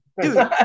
Dude